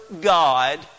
God